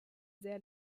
sehr